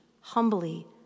humbly